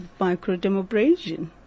microdermabrasion